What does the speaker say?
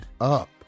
up